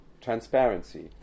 transparency